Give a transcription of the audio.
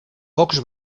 pocs